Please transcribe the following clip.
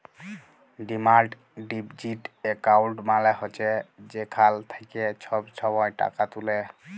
demand deposit account মালে হছে যেখাল থ্যাইকে ছব ছময় টাকা তুলে